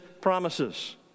promises